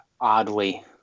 Oddly